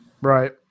Right